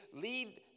lead